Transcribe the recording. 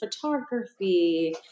photography